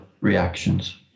reactions